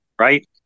right